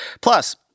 Plus